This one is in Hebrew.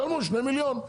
ישלמו שני מיליון,